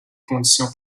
conditions